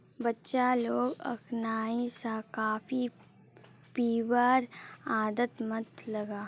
बच्चा लाक अखनइ स कॉफी पीबार आदत मत लगा